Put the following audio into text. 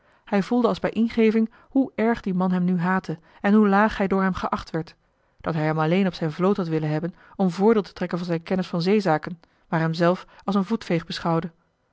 hij voelde als bij ingeving hoe erg die man hem nu haatte en hoe laag hij door hem geacht werd dat hij hem alleen op zijn vloot had willen hebben om voordeel te trekken van zijn kennis van zeezaken maar hemzelf als een voetveeg beschouwde